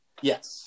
Yes